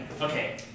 Okay